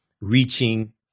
reaching